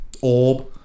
orb